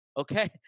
Okay